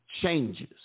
changes